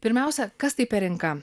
pirmiausia kas tai per rinka